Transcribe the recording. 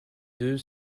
deux